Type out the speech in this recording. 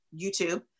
YouTube